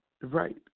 Right